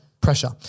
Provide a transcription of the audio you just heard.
pressure